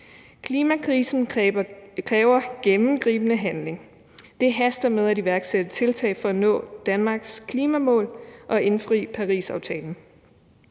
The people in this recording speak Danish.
»Klimakrisen kræver gennemgribende handling. Det haster med at iværksætte tiltag for at nå Danmarks klimamål og indfri Parisaftalen.